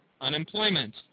unemployment